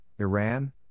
Iran